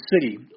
city